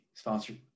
sponsored